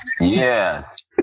Yes